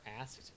asked